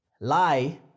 lie